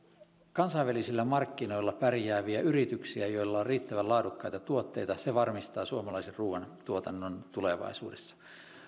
kansainvälisillä markkinoilla pärjääviä yrityksiä joilla on riittävän laadukkaita tuotteita varmistaa suomalaisen ruuantuotannon tulevaisuudessa